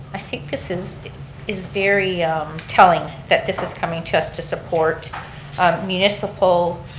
i think this is is very telling that this is coming to us to support municipal.